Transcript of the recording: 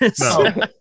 No